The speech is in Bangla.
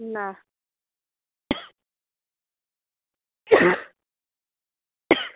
নাহ